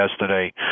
yesterday